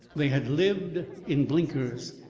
they had lived in blinkers,